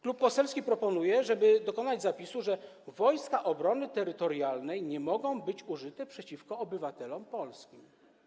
Klub poselski proponuje, żeby dokonać zapisu, że Wojska Obrony Terytorialnej nie mogą być użyte przeciwko obywatelom polskim.